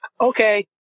okay